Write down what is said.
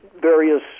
various